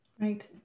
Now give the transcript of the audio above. right